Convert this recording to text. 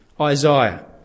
Isaiah